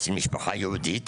אצל משפחה יהודית,